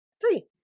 three